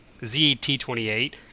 ZT28